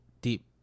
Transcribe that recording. deep